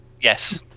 yes